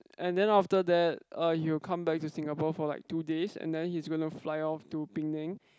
and then after that er he will come back to Singapore for like two days and then he's going to fly off to Penang